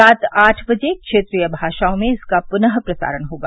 रात आठ बजे क्षेत्रीय भाषाओं में इसका पुनः प्रसारण होगा